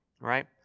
right